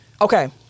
Okay